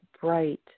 bright